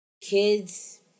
kids